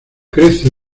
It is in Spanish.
crece